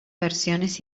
versiones